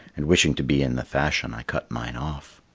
and wishing to be in the fashion, i cut mine off.